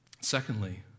secondly